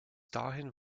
dahin